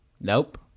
Nope